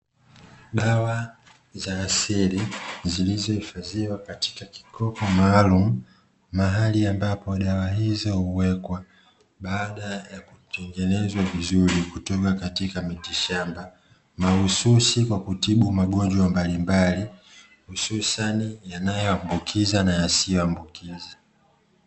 Dawa za asili zilizohifadhiwa katika kikopo maalum, mahali ambapo dawa hizo huwekwa baada ya kutengenezwa vizuri kutoka katika miti shamba, mahususi kwa kutibu magonjwa mbalimbali hususani yanayoambukiza na yasiyoambukiza.